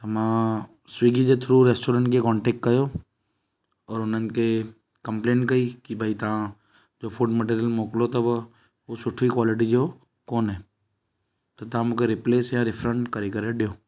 मां स्विगी जे through restaurant खे कॉन्टेक्ट कयो और हुननि खे कंप्लेन कई की भाई तव्हां जो फूड मैटिरियल मोकिलियो अथव उहो सुठी क्वालिटी जो कोन्हे त तव्हां मूंखे रिप्लेस या रिफंड करी करे ॾियो